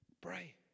pray